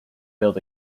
build